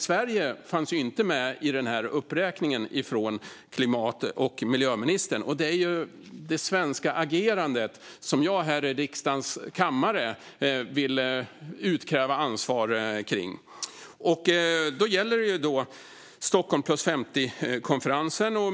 Sverige fanns inte med i uppräkningen från klimat och miljöministern, och det är det svenska agerandet som jag här i riksdagens kammare vill utkräva ansvar för. Här gäller det Stockholm + 50-konferensen.